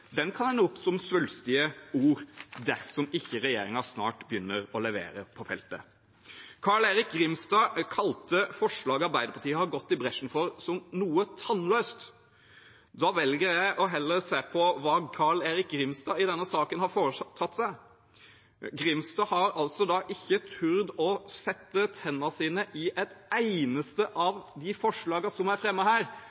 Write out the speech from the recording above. kan ende opp som svulstige ord dersom ikke regjeringen snart begynner å levere på feltet. Carl-Erik Grimstad kalte forslaget Arbeiderpartiet har gått i bresjen for, noe tannløst. Da velger jeg heller å se på hva Carl-Erik Grimstad har foretatt seg i denne saken. Grimstad har altså ikke turt å sette tennene sine i et eneste